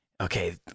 okay